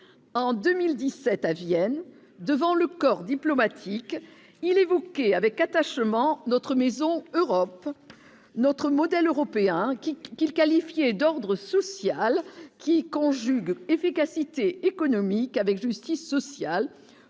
en 2017 à Vienne devant le corps diplomatique, il évoquait avec attachement notre maison Europe notre modèle européen qui qu'il qualifiait d'ordre social qui conjugue efficacité économique avec justice sociale